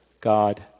God